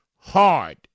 hard